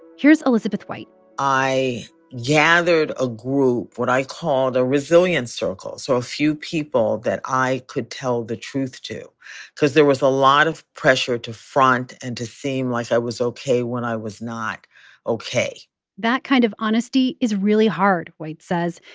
here's elizabeth white i gathered a group, what i called a resilience circle so a few people that i could tell the truth to because there was a lot of pressure to front and to seem like i was ok when i was not ok that kind of honesty is really hard, white says,